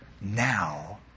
Now